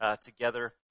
together